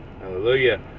hallelujah